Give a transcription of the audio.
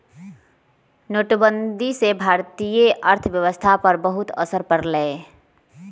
नोटबंदी से भारतीय अर्थव्यवस्था पर बहुत असर पड़ लय